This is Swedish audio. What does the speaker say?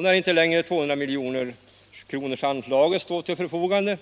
När inte längre 200-miljonersanslaget står till förfogande